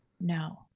No